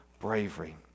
bravery